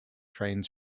trains